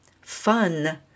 fun